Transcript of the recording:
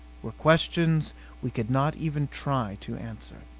were questions we could not even try to answer.